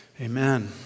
Amen